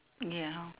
ya